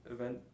event